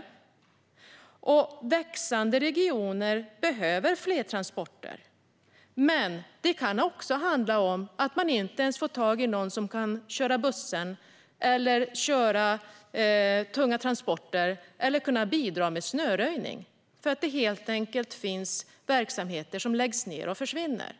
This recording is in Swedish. Dessutom behöver växande regioner fler transporter. Det kan även handla om att man inte ens kan få tag på någon som kan köra bussen, köra tunga transporter eller utföra snöröjning. Det finns verksamheter som helt enkelt läggs ned och försvinner.